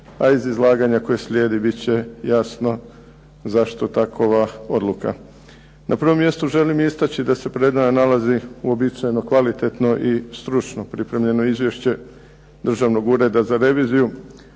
a iz izlaganja koje slijedi bit će jasno zašto takva odluka. Na prvom mjestu želim istaći da se pred nama nalazi uobičajeno kvalitetno i stručno pripremljeno izvješće Državnog ureda za reviziju.